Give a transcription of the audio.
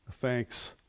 thanks